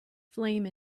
flame